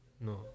no